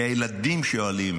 כי הילדים שואלים